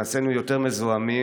נעשינו יותר מזוהמים,